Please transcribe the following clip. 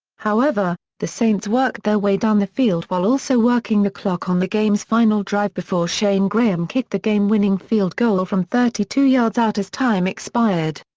however, the saints worked their way down the field while also working the clock on the game's final drive before shayne graham kicked the game-winning field goal from thirty two yards out as time expired.